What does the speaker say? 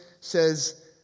says